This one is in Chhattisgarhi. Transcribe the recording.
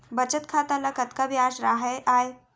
बचत खाता ल कतका ब्याज राहय आय?